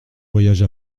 voyage